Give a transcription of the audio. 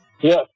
yes